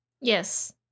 Yes